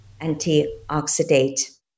antioxidant